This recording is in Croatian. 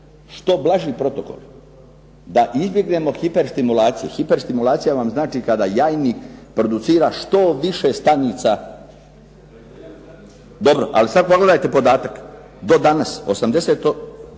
što blaži protokoli, da izbjegnemo hiperstimulaciju. Hiperstimulacija vam znači kada jajnik producira što više stanica. Dobro, ali sad pogledajte podatak do danas. 88